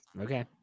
Okay